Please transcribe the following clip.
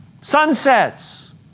Sunsets